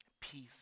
peace